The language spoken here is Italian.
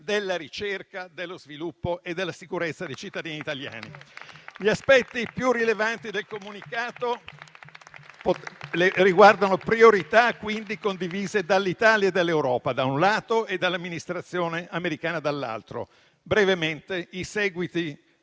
della ricerca, dello sviluppo e della sicurezza dei cittadini italiani. Gli aspetti più rilevanti del comunicato riguardano priorità condivise dall'Italia e dall'Europa, da un lato, e dall'amministrazione americana dall'altro: brevemente, gli esiti